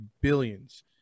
billions